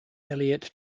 elliott